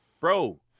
Bro